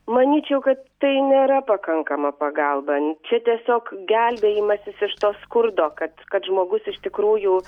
manyčiau kad tai nėra pakankama pagalba čia tiesiog gelbėjimasis iš to skurdo kad kad žmogus iš tikrųjų